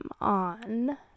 on